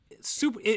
super